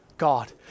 God